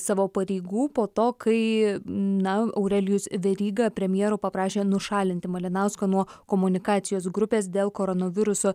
savo pareigų po to kai na aurelijus veryga premjero paprašė nušalinti malinauską nuo komunikacijos grupės dėl koronaviruso